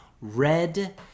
Red